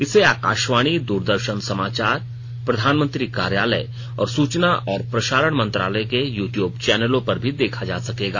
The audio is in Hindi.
इसे आकाशवाणी दूरदर्शन समाचार प्रधानमंत्री कार्यालय और सूचना और प्रसारण मंत्रालय के यू ट्यूब चैनलों पर भी देखा जा सकेगा